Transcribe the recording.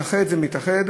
מתאחד זה מתאחד,